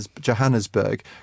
Johannesburg